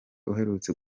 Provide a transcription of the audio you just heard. uherutse